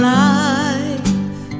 life